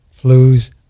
flus